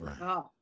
Right